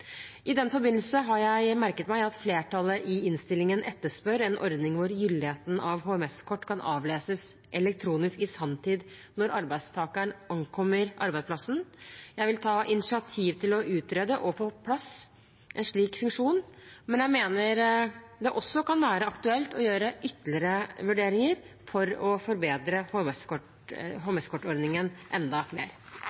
I den forbindelse har jeg merket meg at flertallet i innstillingen etterspør en ordning hvor gyldigheten av HMS-kort kan avleses elektronisk i sanntid når arbeidstakeren ankommer arbeidsplassen. Jeg vil ta initiativ til å utrede og få på plass en slik funksjon, men jeg mener det også kan være aktuelt å gjøre ytterligere vurderinger for å forbedre